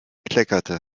kleckerte